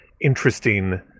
interesting